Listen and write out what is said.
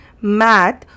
math